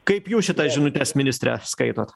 kaip jūs šitas žinutes ministre skaitot